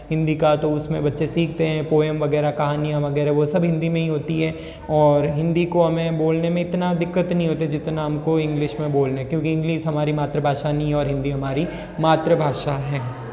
हिंदी का तो उसमें बच्चे सीखते हैं पोएम वगैरह कहानियां वगैरह वो सब हिंदी में ही होती हैं और हिंदी को हमें बोलने में इतना दिक्कत नहीं होती जितना हमको इंग्लिश में बोलने क्योंकि इंग्लिश हमारी मातृभाषा नहीं है और हिंदी हमारी मातृभाषा है